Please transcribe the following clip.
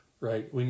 right